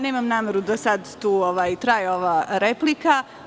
Nemam nameru da sada traje ova replika.